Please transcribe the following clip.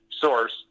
source